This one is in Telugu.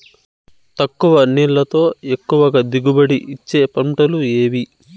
తక్కువ నీళ్లతో ఎక్కువగా దిగుబడి ఇచ్చే పంటలు ఏవి?